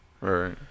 right